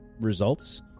results